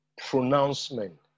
pronouncement